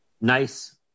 nice